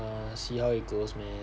uh see how it goes